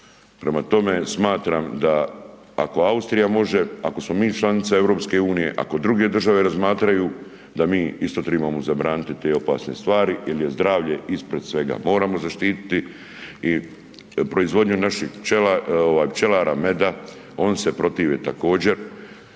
Prema tome, smatram da ako Austrija može, ako smo mi članica EU-a, ako druge države razmatraju, da mi isto trebamo zabraniti te opasne stvari jer je zdravlje ispred svega. Moramo zaštititi i proizvodnju naših pčelara meda, oni se protive također,